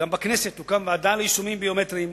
גם בכנסת תוקם ועדה ליישומים ביומטריים,